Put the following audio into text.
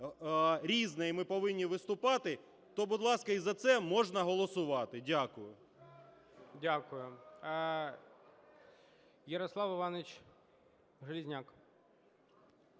"Різне" і ми повинні виступати, то, будь ласка, і за це можна голосувати. Дякую. ГОЛОВУЮЧИЙ. Дякую. Ярослав Іванович Железняк.